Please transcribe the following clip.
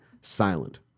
silent